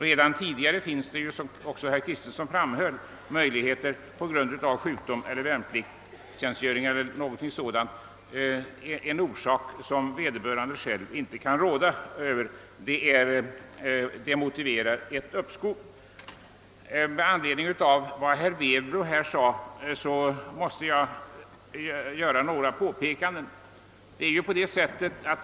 Redan tidigare finns — som också herr Kristenson framhöll — möjligheter att få anstånd på grund av sjukdom, värnpliktstjänstgöring eller dylikt, d.v.s. när det föreligger en anledning som vederbörande själv inte kan råda över men som motiverar ett uppskov. Med anledning av vad herr Werbro sade måste jag göra några påpekanden.